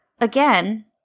again